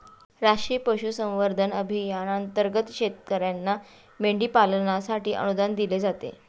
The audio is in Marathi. राष्ट्रीय पशुसंवर्धन अभियानांतर्गत शेतकर्यांना मेंढी पालनासाठी अनुदान दिले जाते